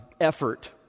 effort